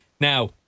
Now